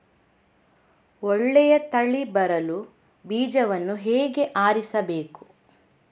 ಒಳ್ಳೆಯ ತಳಿ ಬರಲು ಬೀಜವನ್ನು ಹೇಗೆ ಆರಿಸಬೇಕು?